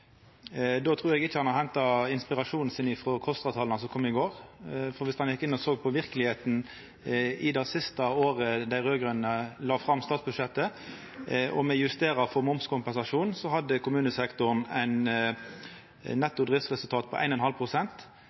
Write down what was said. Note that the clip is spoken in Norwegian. Då trur eg ikkje han har henta inspirasjonen sin frå KOSTRA-tala som kom i går, for viss han gjekk inn og såg på verkelegheita det siste året dei raud-grøne la fram statsbudsjettet og justerer for momskompensasjon, hadde kommunesektoren eit netto driftsresultat på 1,5 pst. Dersom me går inn og